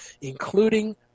including